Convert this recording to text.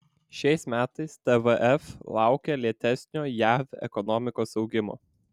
šiais metais tvf laukia lėtesnio jav ekonomikos augimo